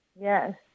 Yes